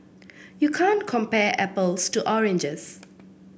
you can't compare apples to oranges